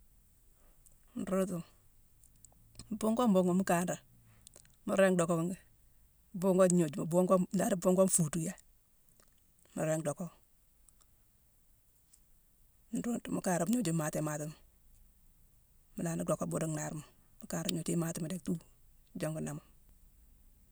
Nruudutuma, buugone mbuughma mu kanra, mu ringi dockaghi: buughone gnojuma-buughone, ndari buughune fuutuyaye, mu ringi docka. Nroog-mu kanrame gnoju imati matima. Mu lanni docké buude nnaarma, mu kanré gnoju imatima déck tuudu jongu nangh